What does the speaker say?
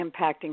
impacting